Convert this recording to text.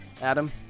Adam